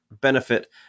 benefit